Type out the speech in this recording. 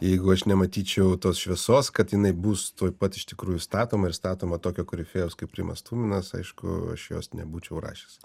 jeigu aš nematyčiau tos šviesos kad jinai bus tuoj pat iš tikrųjų statoma ir statoma tokio korifėjaus kaip rimas tuminas aišku aš jos nebūčiau rašęs